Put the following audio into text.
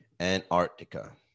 Antarctica